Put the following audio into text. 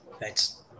Thanks